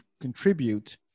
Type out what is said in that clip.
contribute